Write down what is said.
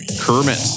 kermit